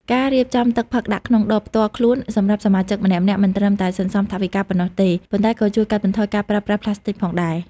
ការរៀបចំទឹកផឹកដាក់ក្នុងដបផ្ទាល់ខ្លួនសម្រាប់សមាជិកម្នាក់ៗ មិនត្រឹមតែសន្សំថវិកាប៉ុណ្ណោះទេ ប៉ុន្តែក៏ជួយកាត់បន្ថយការប្រើប្រាស់ប្លាស្ទិកផងដែរ។